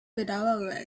bedaure